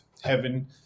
heaven